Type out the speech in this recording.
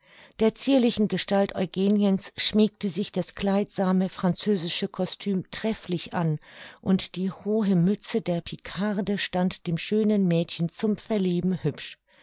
der zierlichen gestalt eugeniens schmiegte sich das kleidsame französische kostüm trefflich an und die hohe mütze der picarde stand dem schönen mädchen zum verlieben hübsch